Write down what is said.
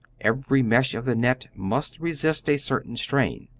every mesh of the net must resist a certain strain.